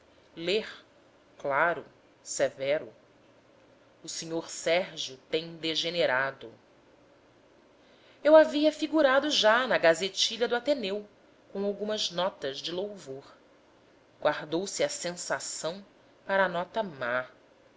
ler claro severo o sr sérgio tem degenerado eu havia figurado já na gazetilha do ateneu com algumas notas de louvor guardou se a sensação para a nota má